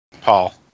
Paul